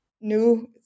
new